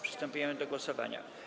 Przystępujemy do głosowania.